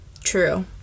true